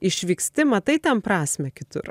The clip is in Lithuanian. išvyksti matai ten prasmę kitur